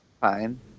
Fine